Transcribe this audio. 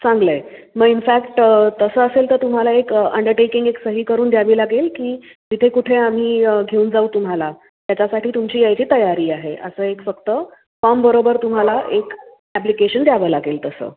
चांगलं आहे मग इन्फॅक्ट तसं असेल तर तुम्हाला एक अंडरटेकिंग एक सही करून द्यावी लागेल की तिथे कुठे आम्ही घेऊन जाऊ तुम्हाला त्याच्यासाठी तुमची यायची तयारी आहे असं एक फक्त फॉर्मबरोबर तुम्हाला एक ॲप्लिकेशन द्यावं लागेल तसं